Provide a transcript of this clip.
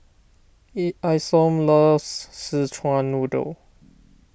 Isom loves Szechuan Noodle